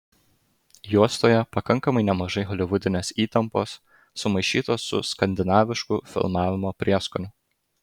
juostoje pakankamai nemažai holivudinės įtampos sumaišytos su skandinavišku filmavimo prieskoniu